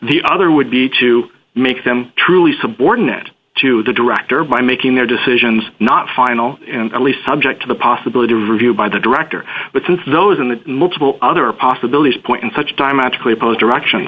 the other would be to make them truly subordinate to the director by making their decisions not final at least subject to the possibility of review by the director but since those in the multiple other possibilities point in such dire magically opposed direction